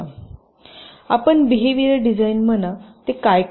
संदर्भ वेळ 2304 आपण बिहेवियर डिझाईन म्हणा ते काय करते